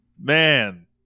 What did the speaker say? Man